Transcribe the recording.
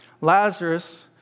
Lazarus